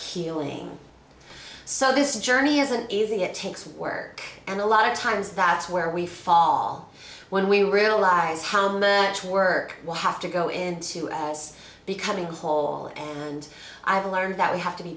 healing so this journey isn't easy it takes work and a lot of times that's where we fall when we realize how much work will have to go into us becoming whole and i've learned that we have to be